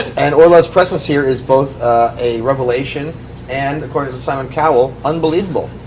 and orlove's presence here is both a revelation and, according to simon cowell, unbelievable.